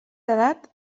edat